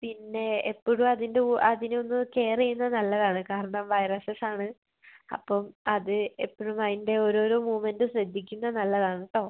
പിന്നേ എപ്പോഴും അതിൻ്റെ കൂടെ അതിനെ ഒന്ന് കെയർ ചെയ്യുന്നത് നല്ലതാണ് കാരണം വൈറസസ്സാണ് അപ്പം അത് എപ്പോഴും അതിൻ്റെ ഓരോരോ മൂവ്മെൻറ്റും ശ്രദ്ധിക്കുന്നത് നല്ലതാണ് കേട്ടോ